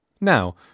Now